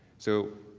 so,